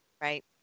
Right